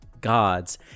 Gods